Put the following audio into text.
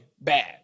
bad